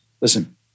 listen